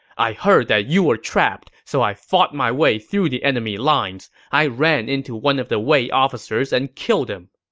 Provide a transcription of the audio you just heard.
i heard that you were trapped, so i fought my way through the enemy lines. i ran into one of the wei officers and killed him.